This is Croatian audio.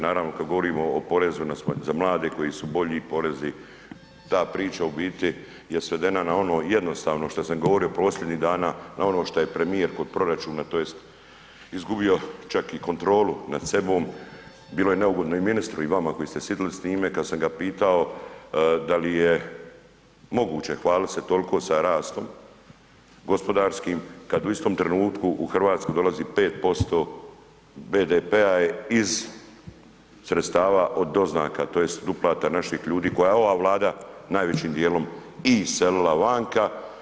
Naravno kada govorimo o porezu za mlade koji su bolji porezi, ta priča u biti je svedena na ono jednostavno što sam govorio posljednjih dana na ono što je premijer kod proračuna tj. izgubio čak i kontrolu nad sebom, bilo je neugodno i ministru i vama koji ste sjedili s njime kada sam ga pitao da li je moguće hvaliti se toliko sa rastom gospodarskim kada u istom trenutku u Hrvatsku dolazi 5% BDP-a iz sredstava iz doznaka tj. od uplata naših ljudi koje je ova Vlada najvećim dijelom i iselila vanka.